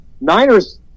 Niners